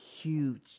huge